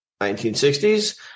1960s